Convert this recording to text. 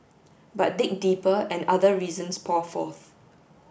but dig deeper and other reasons pour forth